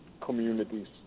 communities